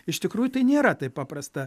iš tikrųjų tai nėra taip paprasta